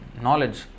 knowledge